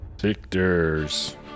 Victor's